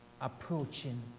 approaching